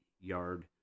yard